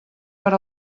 per